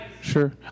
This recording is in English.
Sure